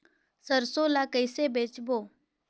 सरसो ला कइसे बेचबो?